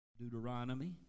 Deuteronomy